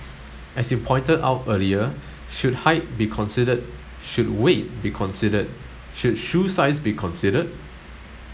as you pointed out earlier should height be considered should weight be considered should shoe size be considered